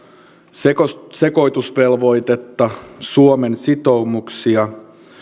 tätä sekoitusvelvoitetta suomen sitoumuksia niin